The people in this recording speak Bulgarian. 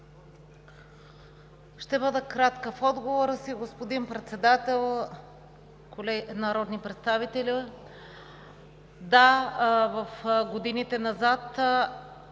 Ще бъда кратка в отговора си. Господин Председател, колеги народни представители! Да, в годините назад